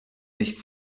nicht